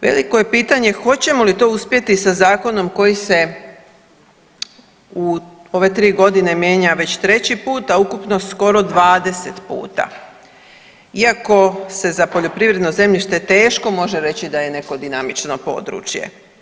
Veliko je pitanje hoćemo li to uspjeti sa zakonom koji se u ove tri godine mijenja već treći put, a ukupno skoro 20 puta, iako se za poljoprivredno zemljište teško može reći da je neko dinamično područje.